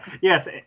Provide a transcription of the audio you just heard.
Yes